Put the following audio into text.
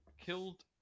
killed